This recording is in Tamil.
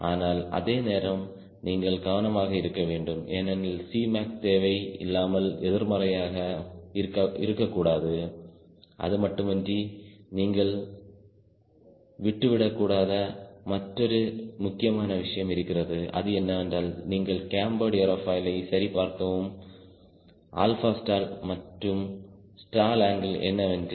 ஆனால் அதே நேரம் நீங்கள் கவனமாக இருக்க வேண்டும் ஏனெனில் Cmac தேவை இல்லாமல் எதிர்மறையாக இருக்கக்கூடாது அதுமட்டுமின்றி நீங்கள் விட்டு விடக்கூடாதா மற்றொரு முக்கியமான விஷயம் இருக்கிறது அது என்னவென்றால் நீங்கள் கேம்பேர்டு ஏரோபாயிலை சரி பார்க்கவும் ஆல்பா ஸ்டால் மற்றும் ஸ்டால் அங்கிள் என்னவென்று